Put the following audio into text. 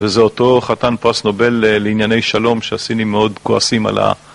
וזה אותו חתן פרס נובל לענייני שלום שהסינים מאוד כועסים על ה